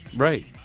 right.